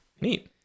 Neat